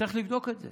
צריך לבדוק את זה